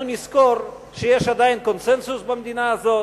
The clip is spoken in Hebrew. אנחנו נזכור שיש עדיין קונסנזוס במדינה הזאת,